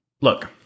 look